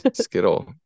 Skittle